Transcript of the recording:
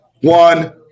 one